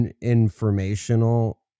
informational